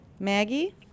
Maggie